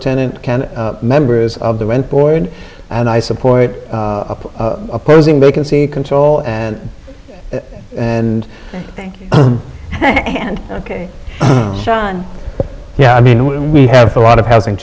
tenant members of the rent boy and i support opposing vacancy control and and ok yeah i mean we have a lot of housing